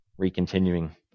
recontinuing